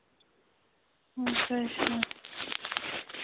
अच्छा अच्छा